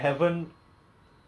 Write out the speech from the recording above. when you told your mum